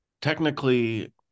technically